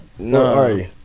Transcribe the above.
No